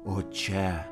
o čia